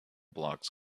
blocks